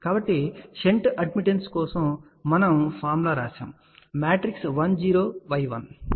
కాబట్టి shunt admittance కోసం మనము సూత్రాన్ని చూశాము